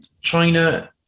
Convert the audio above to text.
China